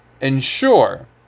ensure